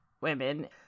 women